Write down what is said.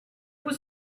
was